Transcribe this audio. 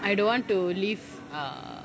I don't want to live err